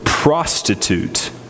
prostitute